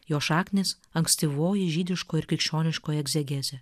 jo šaknys ankstyvoji žydiškoji ir krikščioniškoji egzegezė